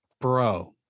bro